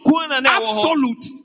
absolute